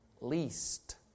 least